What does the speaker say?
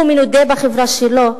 הוא מנודה בחברה שלו.